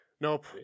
Nope